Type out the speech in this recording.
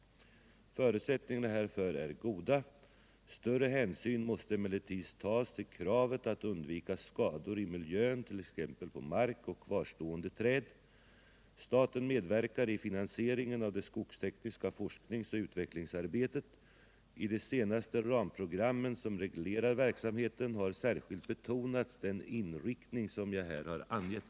Förutsättningarna härför är goda. Större hänsyn måste emellertid tas till kravet att undvika skador i miljön, t.ex. på mark och kvarstående träd. Staten medverkar i finansieringen av det skogstckniska forsknings och utvecklingsarbetet. I de senaste ramprogrammen som reglerar verksamheten har särskilt betonats den inriktning som jag här har angett.